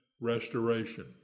restoration